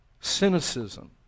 cynicism